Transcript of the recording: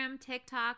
TikTok